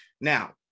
Now